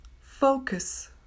Focus